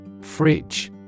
Fridge